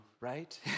right